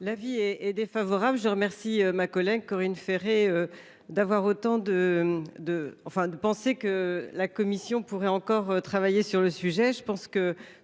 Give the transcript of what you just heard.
La vie est est défavorable. Je remercie ma collègue Corinne Ferré. D'avoir autant de de enfin de penser que la Commission pourrait encore travailler sur le sujet, je pense que